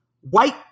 white